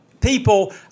people